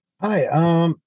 Hi